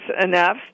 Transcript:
enough